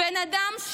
בן אדם,